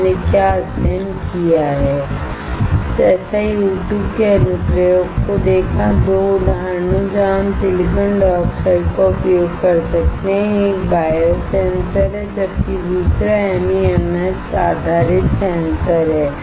हमने क्या अध्ययन किया है SiO2 के अनुप्रयोग को देखा 2 उदाहरणों जहां हम सिलिकॉन डाइऑक्साइड का उपयोग कर सकते हैं एक बायोसेंसर है जबकि दूसरा एमईएमएस आधारित सेंसर है